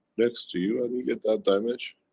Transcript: next to you, and you get that dimension.